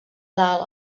dalt